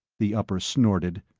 the upper snorted.